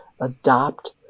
adopt